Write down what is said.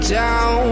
down